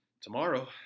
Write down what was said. tomorrow